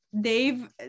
Dave